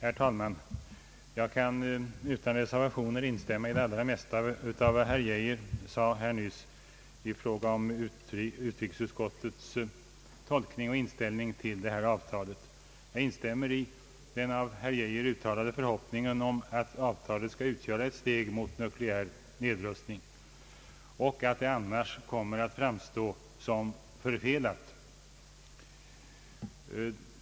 Herr talman! Jag kan utan reservationer instämma i det allra mesta av vad herr Geijer sade här nyss i fråga om utrikesutskottets tolkning av och inställning till avtalet. Jag instämmer i den av herr Geijer uttalade förhoppningen om att avtalet skall utgöra ett steg mot nukleär nedrustning då det annars kommer att framstå som förfelat.